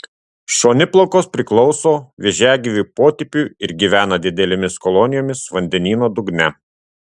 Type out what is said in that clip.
šoniplaukos priklauso vėžiagyvių potipiui ir gyvena didelėmis kolonijomis vandenyno dugne